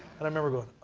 and i remember going. oh,